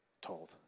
told